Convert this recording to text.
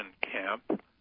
camp